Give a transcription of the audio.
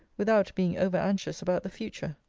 without being over-anxious about the future.